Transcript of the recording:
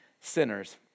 sinners